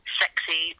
sexy